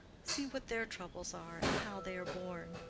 see what their troubles are, and how they are borne.